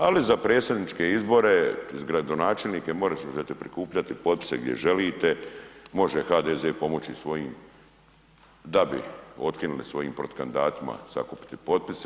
Ali za predsjedničke izbore … gradonačelnike možete prikupljati potpise gdje želite, može HDZ pomoći svojim da bi otkinuli svojim protukandidatima sakupiti potpise.